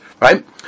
right